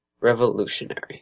Revolutionary